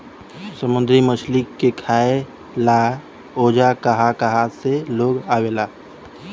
समुंद्री मछली के खाए ला ओजा कहा कहा से लोग आवेला